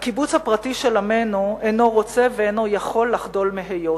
"הקיבוץ הפרטי של עמנו אינו רוצה ואינו יכול לחדול מהיות,